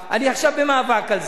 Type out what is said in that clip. אני עכשיו במאבק על זה.